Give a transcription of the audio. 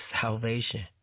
salvation